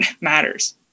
matters